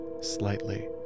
slightly